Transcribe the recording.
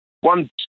one